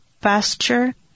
pasture